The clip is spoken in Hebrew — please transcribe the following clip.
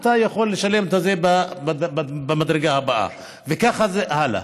אתה יכול לשלם את זה במדרגה הבאה, וכך הלאה.